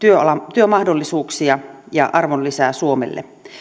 työmahdollisuuksia ja arvonlisää suomelle